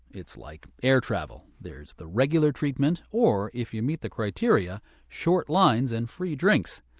it's like air travel there's the regular treatment or if you meet the criteria short lines and free drinks.